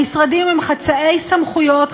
המשרדים הם חצאי סמכויות.